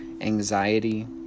anxiety